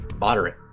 moderate